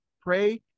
pray